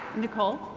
nicole.